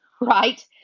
right